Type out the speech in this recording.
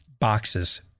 boxes